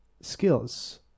skills